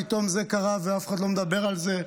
פתאום זה קרה ואף אחד לא מדבר על זה,